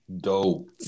dope